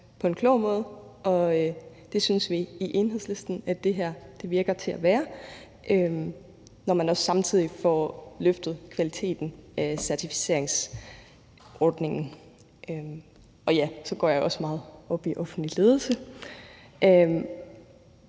på en klog måde, og det synes vi i Enhedslisten at det her virker til at være, når man også samtidig får løftet kvaliteten af certificeringsordningen. Og ja, så går jeg også meget op i offentlig ledelse.